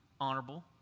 honorable